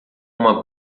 uma